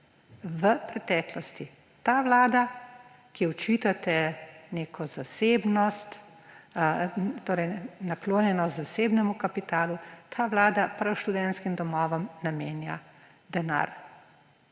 v preteklosti. Ta vlada, ki ji očitate neko zasebnost, torej naklonjenost zasebnemu kapitalu, ta vlada prav študentskim domovom namenja denar.